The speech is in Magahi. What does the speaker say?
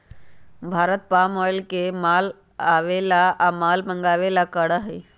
भारत पाम ऑयल के माल आवे ला या माल मंगावे ला करा हई